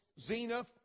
zenith